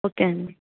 okay అండి